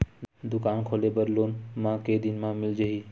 दुकान खोले बर लोन मा के दिन मा मिल जाही?